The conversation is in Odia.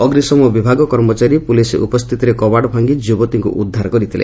ଅଗ୍ରିଶମ ବିଭାଗ କର୍ମଚାରୀ ପୁଲିସ୍ ଉପସ୍ଥିତିରେ କବାଟ ଭାଙି ଯୁବତୀଙ୍କୁ ଉଦ୍ଧାର କରିଥିଲେ